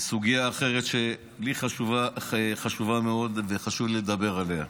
לסוגיה אחרת, שחשובה לי מאוד וחשוב לי לדבר עליה.